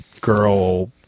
girl